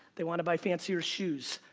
they want to buy fancier shoes.